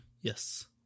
Yes